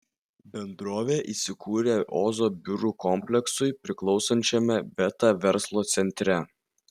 bendrovė įsikūrė ozo biurų kompleksui priklausančiame beta verslo centre